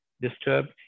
disturbed